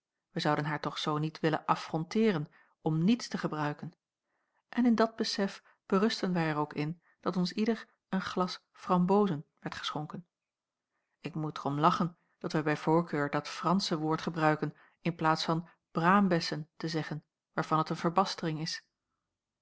wij zouden haar toch zoo niet willen affronteeren om niets te gebruiken en in dat besef berustten wij er ook in dat ons ieder een glas frambozen werd geschonken ik moet er om lachen dat wij bij voorkeur dat fransche woord gebruiken in plaats van braambessen te zeggen waarvan het een verbastering is